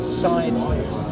side